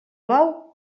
bou